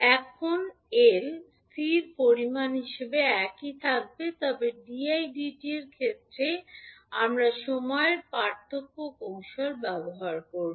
এখন L স্থির পরিমাণ হিসাবে একই থাকবে তবে 𝑑𝑖 𝑑𝑡 এর ক্ষেত্রে আমরা সময়ের পার্থক্য কৌশল ব্যবহার করব